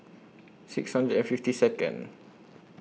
six hundred and fifty Second